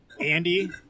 Andy